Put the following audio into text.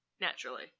Naturally